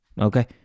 okay